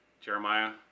Jeremiah